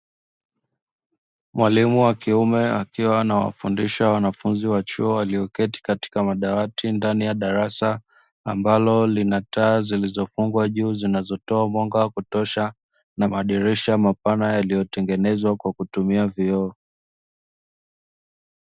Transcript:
Mwalimu wa kiume akiwa anawafundisha wanafunzi wa chuo walioketi katika madawati ndani ya darasa, ambalo lina taa zilizofungwa juu zinazotoa mwanga wa kutosha, na madirisha mapana yaliyotengenezwa kwa kutumia vioo.